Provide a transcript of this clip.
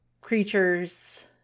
creatures